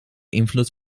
invloed